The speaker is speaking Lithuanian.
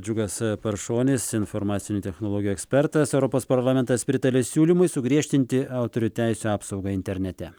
džiugas paršonis informacinių technologijų ekspertas europos parlamentas pritarė siūlymui sugriežtinti autorių teisių apsaugą internete